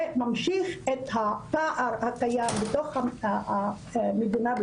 וממשיך את הפער הקיים בתוך המדינה,